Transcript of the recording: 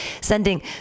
sending